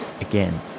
Again